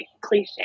cliche